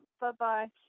Bye-bye